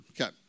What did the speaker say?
Okay